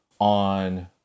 on